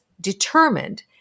determined